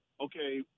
Okay